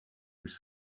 which